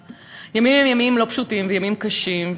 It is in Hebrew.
הימים הם ימים לא פשוטים וימים קשים,